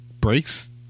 breaks